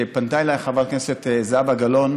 פנתה אליי חברת הכנסת זהבה גלאון